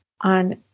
on